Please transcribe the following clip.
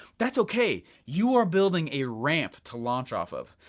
that's okay. you are building a ramp to launch off of.